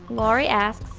laurie asks,